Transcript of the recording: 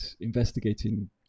investigating